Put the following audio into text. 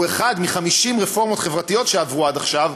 והוא אחד מ-50 רפורמות חברתיות שעברו עד עכשיו,